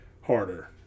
harder